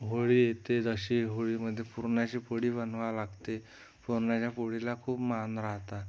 होळी येते जशी होळीमध्ये पुरणाची पोळी बनवाय लागते पुरणाच्या पोळीला खूप मान राहतात